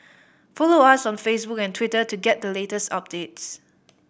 follow us on Facebook and Twitter to get the latest updates